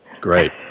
Great